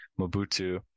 Mobutu